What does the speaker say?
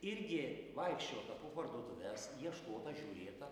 irgi vaikščiota po parduotuves ieškota žiūrėta